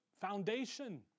foundation